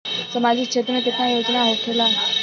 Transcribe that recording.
सामाजिक क्षेत्र में केतना योजना होखेला?